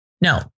No